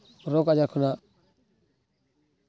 ᱨᱳᱜᱽ ᱟᱡᱟᱨ ᱠᱷᱚᱱᱟᱜ